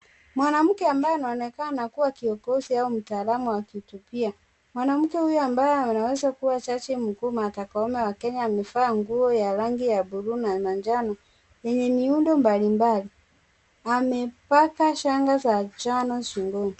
Mwanamke ambaye anaonekana kuwa kiongozi au mtaalamu akihutubia . Mwanamke huyo ambaye anaweza kuwa jaji mkuu Martha Koome wa Kenya amevaa nguo ya rangi ya buluu na manjano yenye miundo mbalimbali amepaka shanga za njano shingoni.